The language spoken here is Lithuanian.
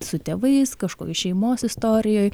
su tėvais kažkokioj šeimos istorijoj